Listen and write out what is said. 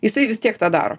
jisai vis tiek tą daro